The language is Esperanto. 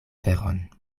veron